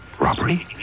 Robbery